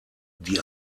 die